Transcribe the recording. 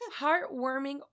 Heartwarming